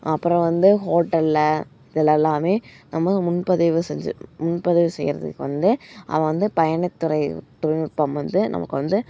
அப்புறம் வந்து ஹோட்டலில் இதெல்லெல்லாமே நம்ப முன்பதிவு செஞ்சு முன்பதிவு செய்யறதுக்கு வந்து அவன் வந்து பயணத்துறை தொழில்நுட்பம் வந்து நமக்கு வந்து